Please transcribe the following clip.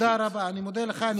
תודה רבה, אני מודה לך.